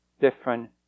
different